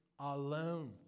alone